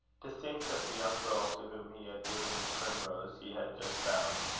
to think that the young girl to whom he had given the primrose he had just found,